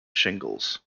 shingles